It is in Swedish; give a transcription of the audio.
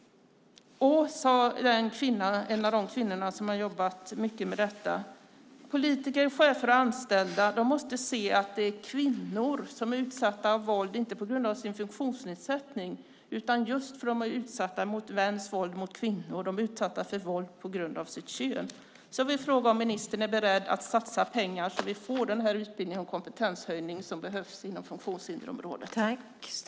En av de kvinnor som jobbat mycket med detta sade: Politiker, chefer och anställda måste se att detta är kvinnor som är utsatta för våld inte på grund av sin funktionsnedsättning. De är utsatta för mäns våld mot kvinnor, det vill säga för våld på grund av sitt kön. Jag vill fråga om ministern är beredd att satsa pengar så att vi får den kompetenshöjning som behövs inom funktionshinderområdet.